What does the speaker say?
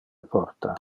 porta